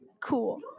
cool